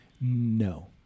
No